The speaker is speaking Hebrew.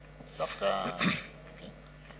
כן.